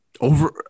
Over